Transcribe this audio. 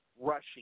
rushing